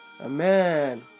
amen